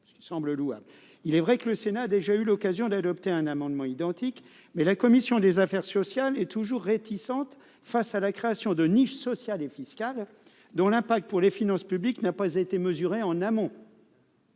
Il est vrai que le Sénat a déjà eu l'occasion d'adopter un amendement identique, mais la commission des affaires sociales est toujours réticente face à la création de niches sociales et fiscales dont l'impact pour les finances publiques n'a pas été mesuré en amont.